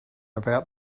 about